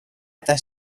eta